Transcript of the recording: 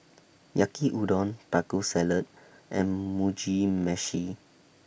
Yaki Udon Taco Salad and Mugi Meshi